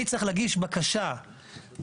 אני צריך להגיש בקשה מלאה,